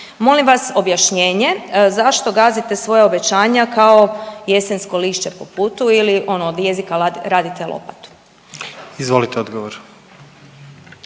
Molim vas objašnjenje zašto gazite svoja obećanja kao jesensko lišće po putu ili ono od jezika radite lopatu. **Jandroković,